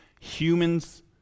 humans